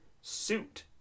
suit